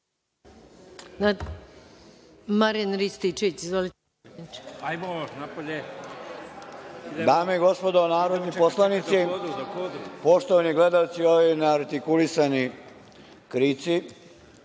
Dame i gospodo narodni poslanici, poštovani gledaoci, ovi neartikulisani krici